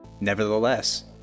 Nevertheless